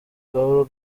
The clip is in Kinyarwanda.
gahoro